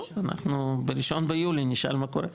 טוב, אנחנו בראשון ליולי נשאל מה קורה.